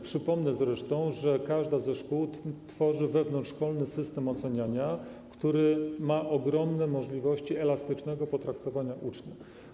Przypomnę zresztą, że każda ze szkół tworzy wewnątrzszkolny system oceniania, który ma ogromne możliwości elastycznego potraktowania uczniów.